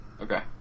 Okay